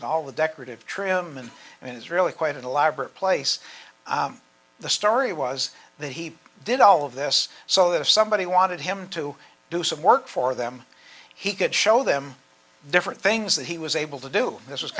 and all the decorative trim in it is really quite an elaborate place the story was that he did all of this so that if somebody wanted him to do some work for them he could show them different things that he was able to do this was